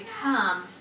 come